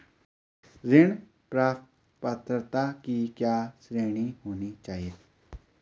ऋण प्राप्त पात्रता की क्या श्रेणी होनी चाहिए?